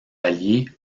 allié